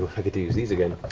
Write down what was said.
i get to use these again.